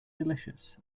delicious